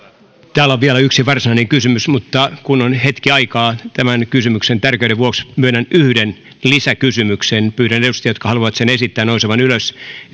täällä on vielä yksi varsinainen kysymys mutta kun on hetki aikaa tämän kysymyksen tärkeyden vuoksi myönnän yhden lisäkysymyksen pyydän edustajia jotka haluavat sen esittää nousemaan ylös